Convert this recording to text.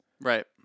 right